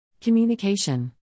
Communication